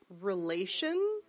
relation